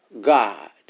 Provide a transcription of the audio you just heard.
God